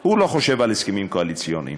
אינו חושב על הסכמים קואליציוניים.